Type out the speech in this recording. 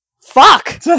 Fuck